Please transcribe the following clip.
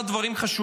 כמה דברים חשובים: